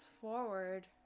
forward